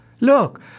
Look